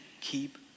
keep